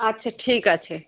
আচ্ছা ঠিক আছে